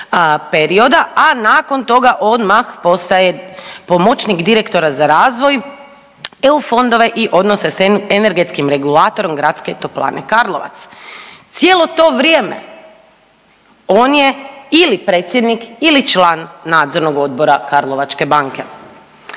perioda, a nakon toga odmah postaje pomoćnik direktora za razvoj EU fondova i odnose s energetskim regulatorom Gradske toplane Karlovac. Cijelo to vrijeme on je ili predsjednik ili član nadzornog odbora Karlovačke banke.